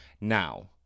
Now